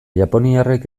japoniarrek